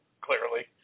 clearly